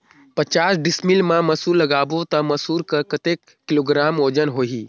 पचास डिसमिल मा मसुर लगाबो ता मसुर कर कतेक किलोग्राम वजन होही?